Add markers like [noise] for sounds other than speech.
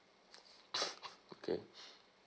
[breath] okay